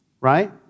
right